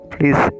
Please